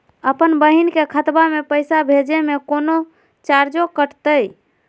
अपन बहिन के खतवा में पैसा भेजे में कौनो चार्जो कटतई?